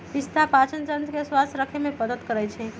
पिस्ता पाचनतंत्र के स्वस्थ रखे में मदद करई छई